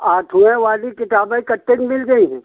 आठवें वाली किताबें कितने की मिल जाएंगी